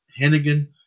Hennigan